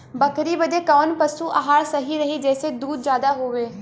बकरी बदे कवन पशु आहार सही रही जेसे दूध ज्यादा होवे?